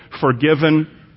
forgiven